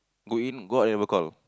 go in go out never call